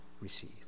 receive